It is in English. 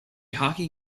hockey